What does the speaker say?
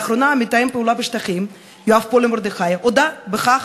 לאחרונה מתאם הפעולות בשטחים יואב פולי מרדכי הודה בכך,